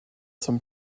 some